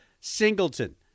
Singleton